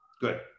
Good